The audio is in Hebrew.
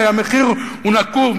הרי המחיר הוא נקוב,